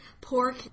Pork